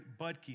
Budke